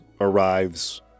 arrives